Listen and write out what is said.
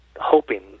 hoping